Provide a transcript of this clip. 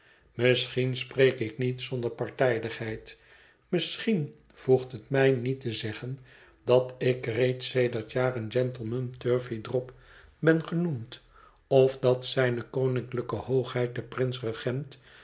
misschien spreek ik niet zonder partijdigheid misschien voegt het mij niet te zeggen dat ik reeds sedert jaren gentleman turveydrop ben genoemd of dat zijne koninklijke hoogheid de prins regent